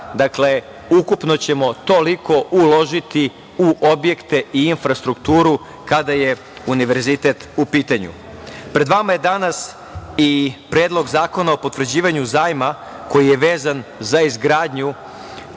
Dakle, ukupno ćemo toliko uložiti u objekte i infrastrukturu kada je Univerzitet u pitanju. Pred vama je danas i Predlog zakona o potvrđivanju Zajma koji je vezan za izgradnju